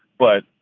but,